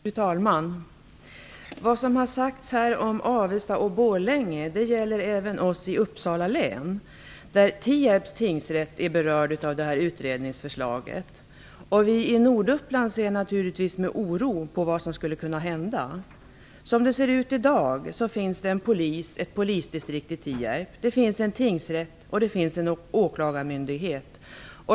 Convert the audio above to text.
Fru talman! Vad som har sagts här om Avesta och Borlänge gäller även oss i Uppsala län, där Tierps tingsrätt är berörd av utredningsförslaget. Vi i Norduppland ser naturligtvis med oro på vad som skulle kunna hända. Det finns i dag polisdistrikt i Tierp, en tingsrätt och en åklagarmyndighet.